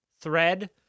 thread